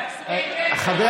תתקן את עצמך.